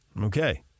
Okay